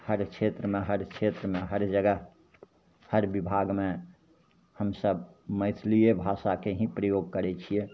हर क्षेत्रमे हर क्षेत्रमे हर जगह हर विभागमे हमसभ मैथिलिए भाषाके ही प्रयोग करै छिए